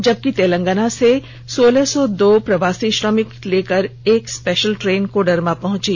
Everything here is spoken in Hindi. जबकि तेलंगाना से सोलह सौ दो प्रवासी श्रमिकों लेकर एक स्पेषल ट्रेन कोडरमा पहुंची